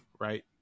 right